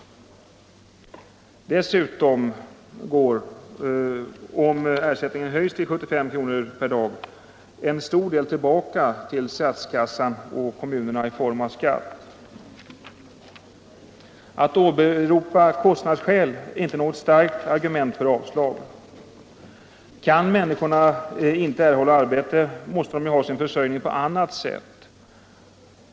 Dessutom går —- om ersättningen höjs till 75 kr. per dag — en stor del tillbaka till statskassa och kommuner i form av skatt. Att åberopa kostnadsskäl är inte något starkt argument för avslag. Kan människorna inte erhålla arbete måste de ju ha sin försörjning på annat sätt.